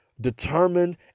determined